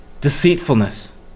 deceitfulness